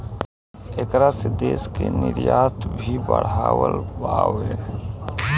ऐकरा से देश के निर्यात भी बढ़ल बावे